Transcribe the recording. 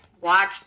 watch